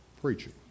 preaching